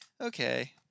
okay